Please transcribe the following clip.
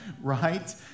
right